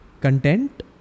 content